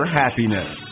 happiness